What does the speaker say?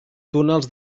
túnels